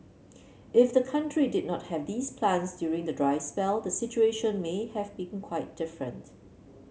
if the country did not have these plants during the dry spell the situation may have been quite different